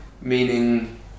meaning